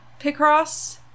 picross